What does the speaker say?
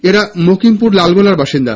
এরা মোকিসনুর লালগোলার বাসিন্দা